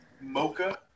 Mocha